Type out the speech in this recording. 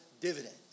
dividends